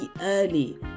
early